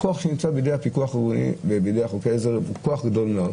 הכוח שנמצא בידי הפיקוח ובידי חוקי העזר הוא כוח גדול מאוד.